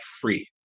free